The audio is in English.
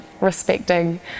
respecting